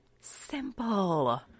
simple